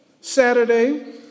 Saturday